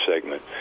segment